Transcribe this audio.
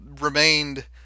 remained